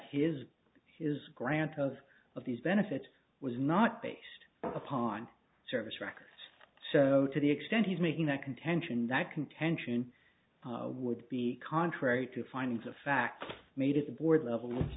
his his grant of of these benefits was not based upon service records so to the extent he's making that contention that contention would be contrary to findings of fact made at the board level